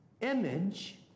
Image